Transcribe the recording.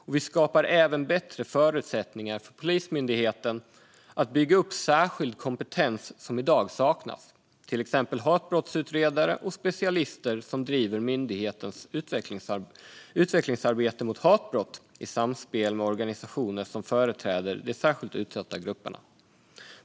Det skapas även bättre förutsättningar för Polismyndigheten att bygga upp särskild kompetens som i dag saknas, till exempel hatbrottsutredare och specialister som driver myndighetens utvecklingsarbete mot hatbrott i samspel med organisationer som företräder de särskilt utsatta grupperna.